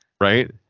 right